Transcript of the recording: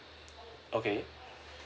okay